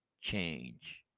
change